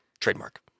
Trademark